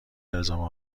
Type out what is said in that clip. الزام